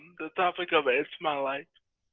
the topic of it's my life.